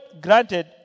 granted